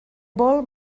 vol